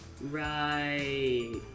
Right